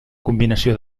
combinació